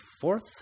fourth